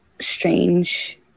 strange